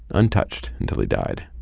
untouched until he died